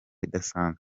idasanzwe